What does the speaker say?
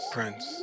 Prince